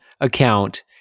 account